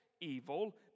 evil